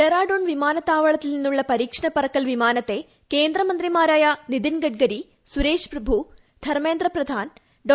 ഡെറാഡൂൺ വിമാനത്താവളത്തിൽ നിന്നുള്ള പരീക്ഷണപറക്കൽ വിമാനത്തെ കേന്ദ്രമന്ത്രിമാരായ നിതിൻ ഗഡ്കരി സുരേഷ് പ്രഭു ധർമ്മേന്ദ്ര പ്രധാൻ ഡോ